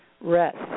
rest